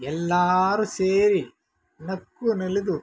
ಎಲ್ಲರು ಸೇರಿ ನಕ್ಕು ನಲಿದು